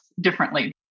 differently